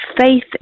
faith